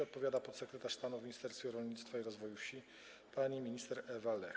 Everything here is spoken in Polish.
Odpowiada podsekretarz stanu w Ministerstwie Rolnictwa i Rozwoju Wsi pani minister Ewa Lech.